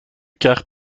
quart